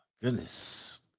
Goodness